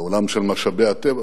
בעולם של משאבי הטבע,